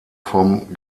vom